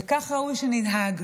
וכך ראוי שננהג.